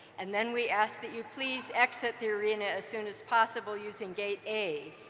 and then we ask that you please exit the arena as soon as possible, using gate a,